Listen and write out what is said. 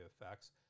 effects